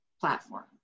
platform